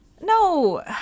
No